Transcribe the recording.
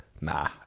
nah